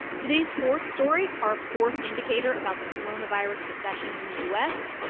today's fourth story, our fourth indicator about the coronavirus recession in the u s.